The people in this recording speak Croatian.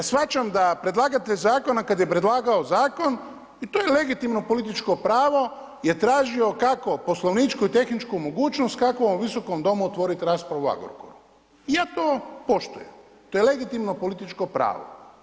Ja shvaćam da predlagatelj zakona kada je predlagao zakon i to je legitimno političko pravo je tražio kako poslovničku i tehničku mogućnost kako u ovom Visokom domu otvoriti raspravu o Agrokoru i ja to poštujem, to je legitimno političko pravo.